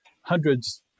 hundreds